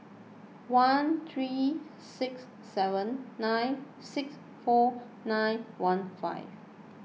one three six seven nine six four nine one five